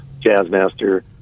Jazzmaster